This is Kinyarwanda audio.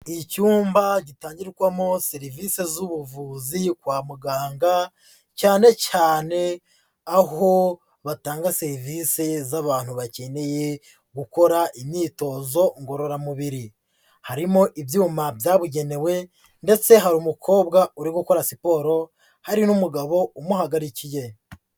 Icyumba gitangirwamo serivise z'ubuvuzi kwa muganga, cyane cyane aho batanga serivise z'abantu bakeneye gukora imyitozo ngororamubiri, harimo ibyuma byabugenewe ndetse hari umukobwa uri gukora siporo, hari n'umugabo umuhagarikiye.